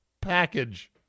package